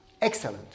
excellent